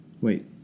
Wait